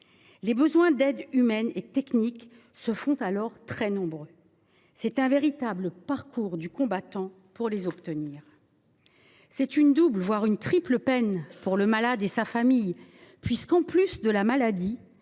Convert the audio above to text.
Les besoins d’aides humaines et techniques se font alors très nombreux. Il faut accomplir un véritable parcours du combattant pour les obtenir. C’est une double, voire une triple peine pour le malade et sa famille. En plus de la maladie